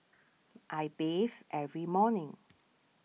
I bathe every morning